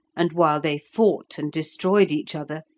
and while they fought and destroyed each other,